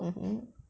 mmhmm